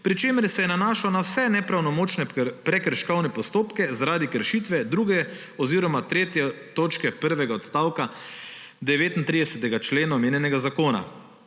pri čemer se je nanašal na vse nepravnomočne prekrškovne postopke zaradi kršitve druge oziroma tretje točke prvega odstavka 39. člena omenjenega zakona,